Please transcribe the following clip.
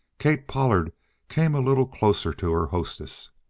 kate pollard came a little closer to her hostess.